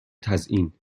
تزیین